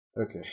Okay